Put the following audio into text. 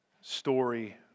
story